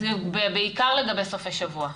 בעיקר לגבי סופי שבוע.